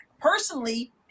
personally